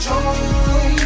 Joy